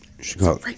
Chicago